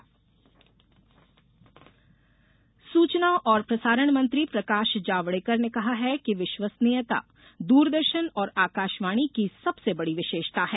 जावडेकर सूचना और प्रसारण मंत्री प्रकाश जावड़ेकर ने कहा है कि विश्वसनीयता द्रदर्शन और आकाशवाणी की सबसे बड़ी विशेषता है